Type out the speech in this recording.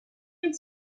این